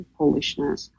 polishness